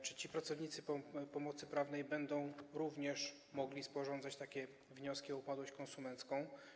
Czy ci pracownicy pomocy prawnej będą również mogli sporządzać wnioski o upadłość konsumencką?